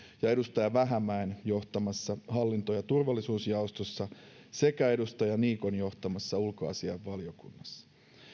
ja edustaja vähämäen johtamassa hallinto ja turvallisuusjaostossa sekä edustaja niikon johtamassa ulkoasiainvaliokunnassa